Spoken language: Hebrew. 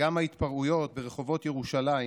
וגם ההתפרעויות ברחובות ירושלים.